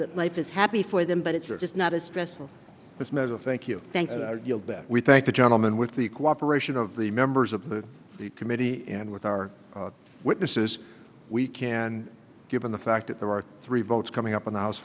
that life is happy for them but it's are just not as stressful this measure thank you thank you ben we thank the gentleman with the cooperation of the members of the committee and with our witnesses we can given the fact that there are three votes coming up on the house